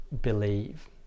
believe